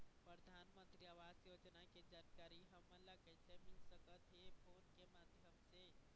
परधानमंतरी आवास योजना के जानकारी हमन ला कइसे मिल सकत हे, फोन के माध्यम से?